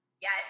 Yes